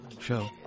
Show